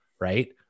right